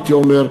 הייתי אומר,